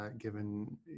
given